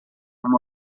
uma